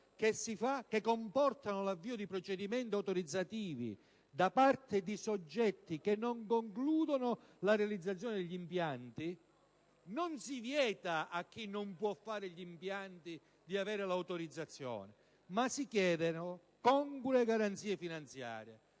«che comportano l'avvio di procedimenti autorizzativi da parte di soggetti che non concludono la realizzazione degli impianti». Non si vieta a chi non può fare gli impianti di avere l'autorizzazione, ma si chiedono congrue garanzie finanziarie,